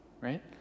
right